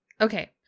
Okay